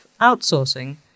outsourcing